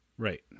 Right